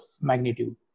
magnitude